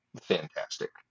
fantastic